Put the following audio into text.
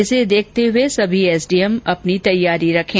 इसे देखते हए सभी एसडीएम अपनी तैयारी रखें